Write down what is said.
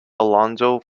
alonzo